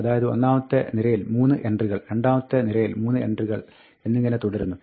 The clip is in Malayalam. അതായത് ഒന്നാമത്തെ നിരയിൽ 3 എൻട്രികൾ രണ്ടാമത്തെ നിരയിൽ 3 എൻട്രികൾ എന്നിങ്ങനെ തുടരുന്നു